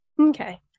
Okay